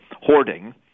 hoarding